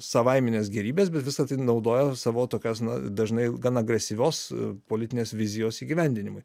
savaiminės gėrybės bet visa tai naudoja savo tokias na dažnai gana agresyvios politinės vizijos įgyvendinimui